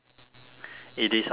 it is a vulgarity